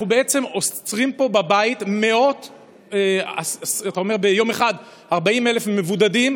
אנחנו בעצם עוצרים פה בבית ביום אחד 40,000 מבודדים.